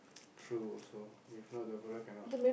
true also if not the fella cannot